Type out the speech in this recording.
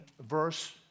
verse